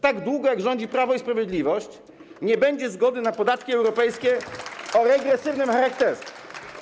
Tak długo, jak rządzi Prawo i Sprawiedliwość, nie będzie zgody na podatki europejskie o regresywnym charakterze.